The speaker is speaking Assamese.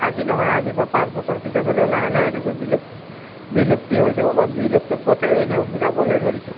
আজি নহয় আজিৰ পৰা পাঁচ বছৰ পিছত হ'লেও লাহে লাহে এনেকৈ বিলুপ বিলুপ্তি হৈ যাব বা বিলুপ্তৰ পথে এনেও যাবলৈ ধৰিছে